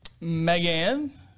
Megan